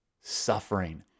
Suffering